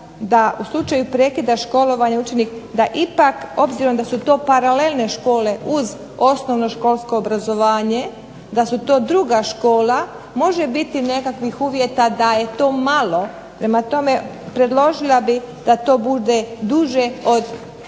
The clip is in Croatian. da u slučaju prekida školovanja učenik, da ipak obzirom da su to paralelne škole uz osnovnoškolsko obrazovanje, da su to druga škola može biti nekakvih uvjeta da je to malo. Prema tome, predložila bih da to bude duže od